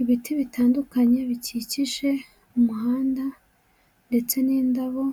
Ibiti bitandukanye bikikije umuhanda ndetse n'indabo